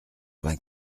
vingt